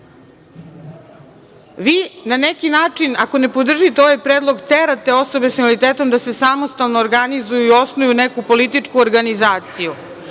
na neki način, ako ne podržite ovaj predlog, terate osobe sa invaliditetom da se samostalno organizuju i osnuju neku političku organizaciju,